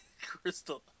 Crystal